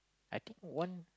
I think one